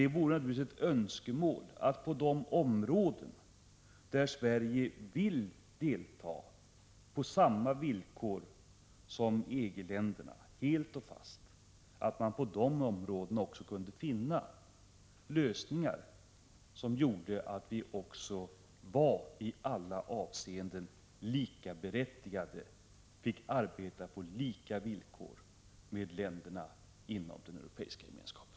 Det vore naturligtvis önskvärt om man på de områden där Sverige vill delta på samma villkor som EG-länderna, helt och fullt, också kunde finna lösningar som gjorde att vi verkligen var likaberättigade och i alla avseenden fick arbeta på lika villkor med länderna inom den europeiska gemenskapen.